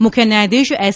મુખ્ય ન્યાયધીશ એસ